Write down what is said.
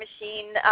machine